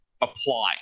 apply